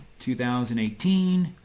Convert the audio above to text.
2018